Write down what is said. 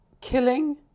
killing